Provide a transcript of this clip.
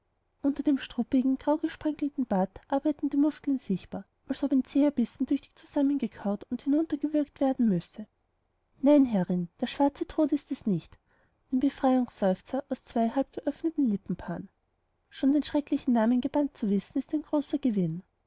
unter dem struppigen graugesprenkelten bart arbeiten die muskeln sichtbar als ob ein zäher bissen tüchtig zusammengekaut und hinuntergewürgt werden müsse nein herrin der schwarze tod ist es nicht ein befreiungsseufzer aus zwei halbgeöffneten lippenpaaren schon den schrecklichen namen gebannt zu wissen ist ein großer gewinn